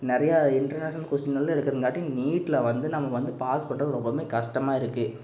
நிறையா இன்டர்நேஷனல் கொஸ்டினெல்லாம் எடுக்கிறங்காட்டியும் நீட்டில வந்து நம்ம வந்து பாஸ் பண்ணுறது ரொம்பவுமே கஷ்டமாக இருக்குது